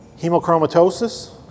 Hemochromatosis